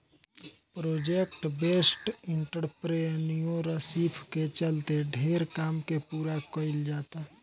project based entrepreneurship के चलते ढेरे काम के पूरा कईल जाता